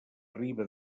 riba